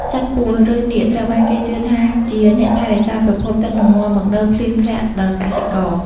សត្វពស់ ឬនាគ ត្រូវបានគេជឿថាជាអ្នកថែរក្សាប្រភពទឹក និងនាំមកនូវភ្លៀងធ្លាក់ដល់កសិករ។